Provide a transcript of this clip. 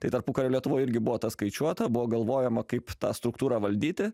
tai tarpukario lietuvoj irgi buvo tas skaičiuota buvo galvojama kaip tą struktūrą valdyti